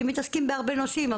כי הם מתעסקים בנושאים רבים,